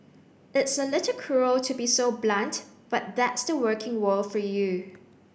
it's a little cruel to be so blunt but that's the working world for you